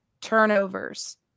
turnovers